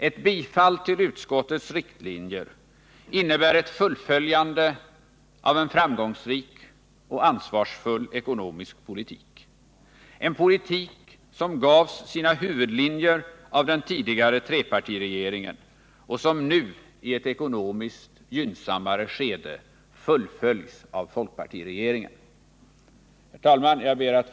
Ett bifall till utskottets riktlinjer innebär ett fullföljande av en framgångsrik och ansvarsfull ekonomisk politik —en politik som gavs sina huvudlinjer av den tidigare trepartiregeringen och som nu i ett ekonomiskt gynnsammare skede fullföljs av folkpartiregeringen. Herr talman!